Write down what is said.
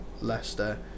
Leicester